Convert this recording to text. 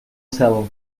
cel